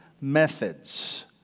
methods